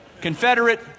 Confederate